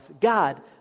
God